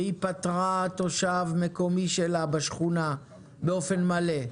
והיא פטרה תושב מקומי שלה בשכונה באופן מלא.